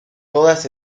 todas